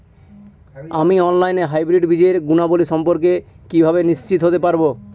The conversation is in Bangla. আমি অনলাইনে হাইব্রিড বীজের গুণাবলী সম্পর্কে কিভাবে নিশ্চিত হতে পারব?